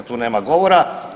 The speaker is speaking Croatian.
Tu nema govora.